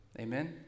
Amen